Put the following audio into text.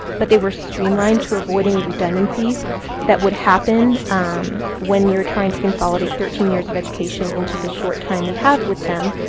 but they were streamlined to avoid any redundancies that would happen when you're trying to consolidate thirteen years of education into the short time we have with them.